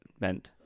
meant